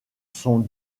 sont